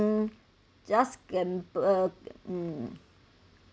mm just gamble mm